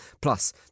Plus